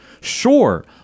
Sure